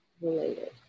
related